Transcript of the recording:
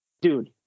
dude